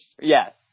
Yes